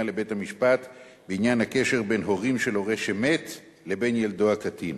לבית-המשפט בעניין הקשר בין הורים של הורה שמת לבין ילדו הקטין.